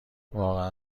واقعا